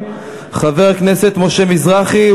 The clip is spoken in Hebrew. חבר הכנסת משה מזרחי.